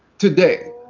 today,